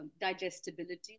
digestibility